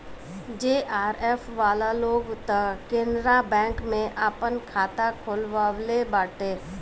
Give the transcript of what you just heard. JRF वाला लोग तअ केनरा बैंक में आपन खाता खोलववले बाटे